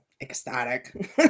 ecstatic